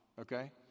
Okay